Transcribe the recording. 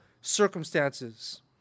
circumstances